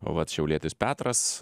o vat šiaulietis petras